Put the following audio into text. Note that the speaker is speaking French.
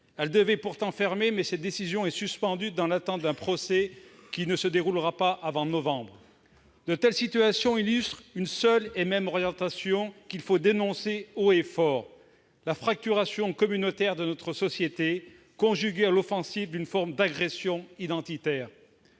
Elle devait pourtant fermer, mais cette décision est suspendue dans l'attente d'un procès qui ne se déroulera pas avant novembre prochain. De telles situations illustrent une seule et même orientation qu'il faut dénoncer haut et fort : la fracturation communautaire de notre société, conjuguée à l'offensive d'une forme d'agression identitaire.